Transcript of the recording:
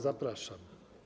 Zapraszam.